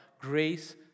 grace